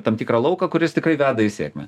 tam tikrą lauką kuris tikrai veda į sėkmę